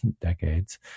decades